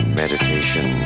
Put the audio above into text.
meditation